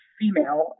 Female